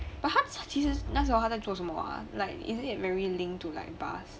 but 他在 he has 那时候他在做什么 ah like isnt it very linked to like bus